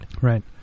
Right